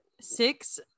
six